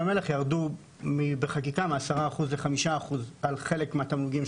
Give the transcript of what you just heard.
המלח ירדו בחקיקה מ-10% ל-5% לגבי חלקם לפחות.